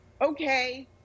okay